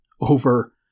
over